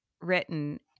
written